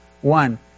one